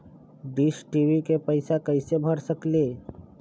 Dish TV के पैईसा कईसे भर सकली?